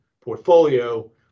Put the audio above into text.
portfolio